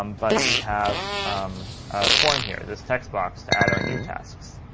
um but we have a form here, this text box, to add our new tasks.